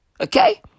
okay